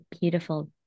beautiful